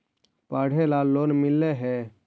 पढ़े ला लोन मिल है?